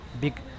big